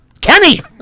Kenny